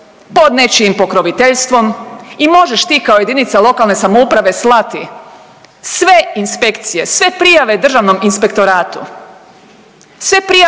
pod nečijim pokroviteljstvom i možeš ti kao jedinica lokalne samouprave slati sve inspekcije, sve prijave Državnom inspektoratu,